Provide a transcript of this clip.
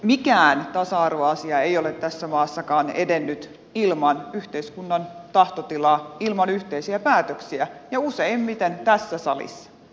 mikään tasa arvoasia ei ole tässä maassakaan edennyt ilman yhteiskunnan tahtotilaa ilman yhteisiä päätöksiä ja useimmiten tässä salissa